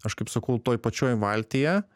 aš kaip sakau toj pačioj valtyje